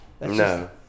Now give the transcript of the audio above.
No